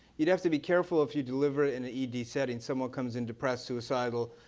you'd have to be careful if you deliver it in the ed settings. someone comes in depressed, suicidal,